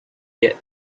yet